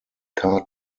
car